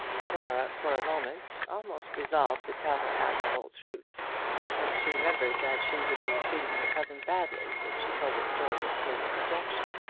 clara, for a moment, almost resolved to tell her aunt the whole truth but she remembered that she would be treating her cousin badly if she told the story of his rejection.